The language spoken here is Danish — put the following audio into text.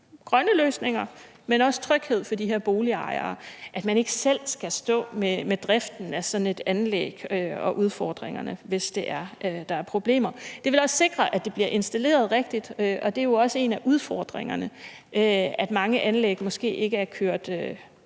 grønne løsninger, men også tryghed for de her boligejere, så de ikke selv skal stå med driften af sådan et anlæg og udfordringerne, hvis det er, at der er problemer. Det vil også sikre, at det bliver installeret rigtigt, og det er jo også en af udfordringerne, at mange anlæg måske ikke er kørt godt nok